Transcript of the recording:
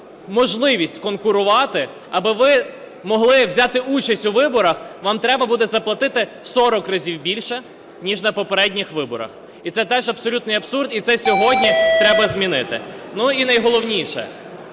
можливість конкурувати, аби ви могли взяти участь у виборах, вам треба буде заплатити в 40 разів більше ніж на попередніх виборах, і це теж абсолютний абсурд, і це сьогодні треба змінити. І найголовніше.